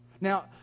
Now